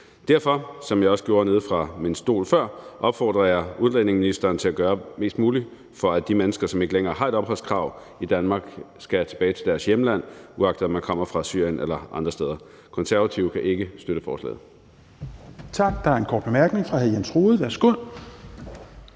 Derfor, som jeg også gjorde nede fra min stol før, opfordrer jeg integrations- og udlændingeministeren til at gøre mest muligt for, at de mennesker, som ikke længere har et opholdskrav i Danmark, skal tilbage til deres hjemland, uagtet om de kommer fra Syrien eller andre steder. Konservative kan ikke støtte forslaget.